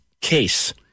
case